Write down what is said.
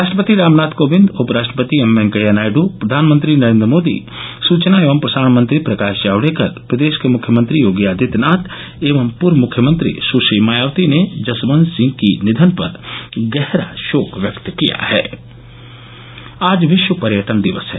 राष्ट्रपति रामनाथ कोविंद उपराष्ट्रपति एम वेंकैया नायडू प्रधानमंत्री नरेन्द्र मोदी सुचना एवं प्रसारण मंत्री प्रकाश जावडेकर प्रदेश के मुख्यमंत्री योगी आदित्यनाथ एवं पूर्व मुख्यमंत्री सुश्री मायावती ने जसवंत सिंह की निधन पर गहरा शोक व्यक्त किया है आज विश्व पर्यटन दिवस है